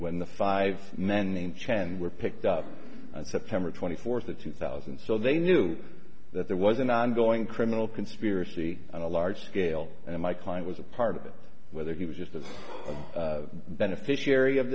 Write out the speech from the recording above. when the five men named chand were picked up on september twenty fourth of two thousand so they knew that there was an ongoing criminal conspiracy a large scale and my client was a part of it whether he was just a beneficiary of